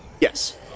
Yes